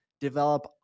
develop